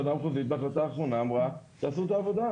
הוועדה המחוזית בהחלטה האחרונה אמרה שתעשו את הוועדה